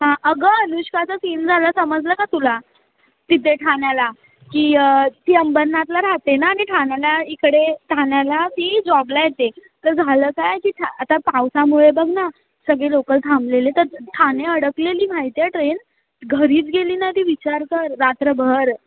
हां अगं अनुष्काचं सीन झालं समजलं का तुला तिथे ठाण्याला की ती अंबरनाथला राहते ना ती ठाण्याला इकडे ठाण्याला ती जॉबला येते तर झालं काय की ता आता पावसामुळे बघ ना सगळे लोकल थांबलेले तर ठाणे अडकलेली माहिती आहे ट्रेन घरीच गेली नाही ती विचार कर रात्रभर